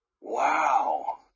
Wow